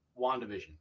WandaVision